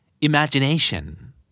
Imagination